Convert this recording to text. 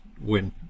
win